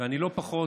אני לא פחות